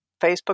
Facebook